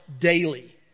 daily